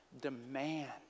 demand